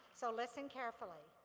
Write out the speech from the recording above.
so listen carefully.